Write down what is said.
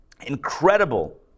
incredible